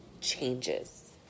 changes